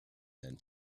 then